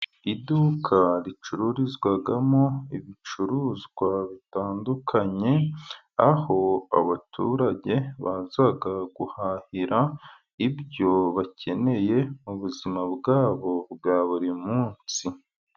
Iduka ricururizwamo ibicuruzwa bitandukanye, aho abaturage baza guhahira, ibyo bakeneye muzima bwabo, bwa buri munsi.